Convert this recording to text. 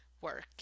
work